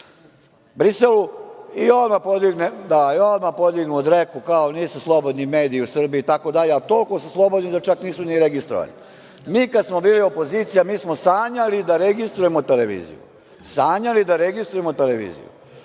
i odmah podignu dreku - nisu slobodni mediji u Srbiji itd, a toliko su slobodni, da čak nisu ni registrovani. Kada smo mi bili opozicija, mi smo sanjali da registrujemo televiziju, a ovi imaju neregistrovane televizije,